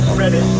ready